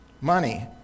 money